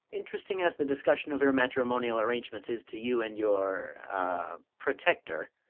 interesting as the discussion of your matrimonial arrangements is to you and your a protector,